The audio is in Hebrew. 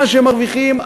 מה שמרוויחים,